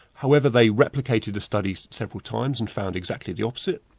however, they replicated the studies several times and found exactly the opposite.